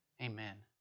Amen